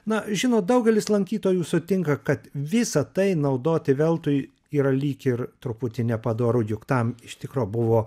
na žinot daugelis lankytojų sutinka kad visa tai naudoti veltui yra lyg ir truputį nepadoru juk tam iš tikro buvo